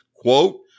quote